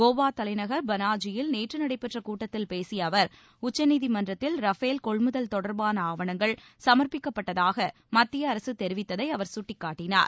கோவா தலைநகர் பளாஜியில் நேற்று நடைபெற்ற கூட்டத்தில் பேசிய அவர் உச்சநீதிமன்றத்தில் ரபேல் கொள்முதல் தொடர்பான ஆவணங்கள் சமர்ப்பிக்கப்பட்டதாக மத்திய அரசு தெரிவித்ததை அவர் சுட்டிக்காட்டினார்